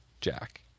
Jack